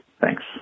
Thanks